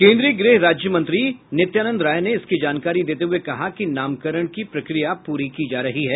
केन्द्रीय गृह राज्य मंत्री नित्यानंद राय ने इसकी जानकारी देते हुये कहा कि नामकरण की प्रक्रिया पूरी की जा रही है